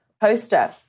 poster